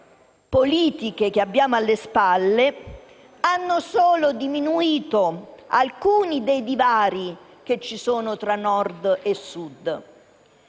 le politiche che abbiamo alle spalle hanno solo diminuito alcuni dei divari che ci sono tra Nord e Sud.